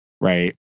right